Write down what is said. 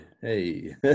hey